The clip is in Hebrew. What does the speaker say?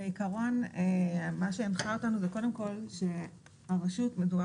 בעיקרון מה שהנחה אותנו זה קודם כל שהרשות ומדובר